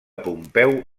pompeu